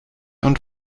und